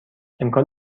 امکان